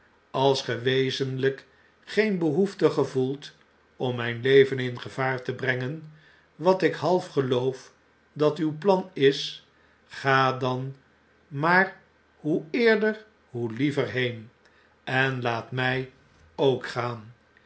ms ge wezenlp geen behoefte gevoelt om rmjn leven in gevaar te brengen wat ik half geloof dat uw plan is ga dan maar hoe eerder hoe liever heen en laat my ook gaan